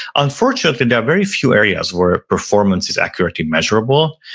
unfortunately, there are very few areas where performance is accurately measurable.